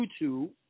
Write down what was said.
YouTube